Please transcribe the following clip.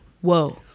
whoa